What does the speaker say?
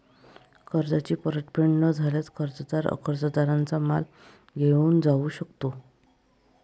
कर्जाची परतफेड न झाल्यास, कर्जदार कर्जदाराचा माल घेऊन जाऊ शकतो